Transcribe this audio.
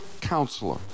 counselor